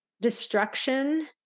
destruction